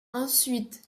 ensuite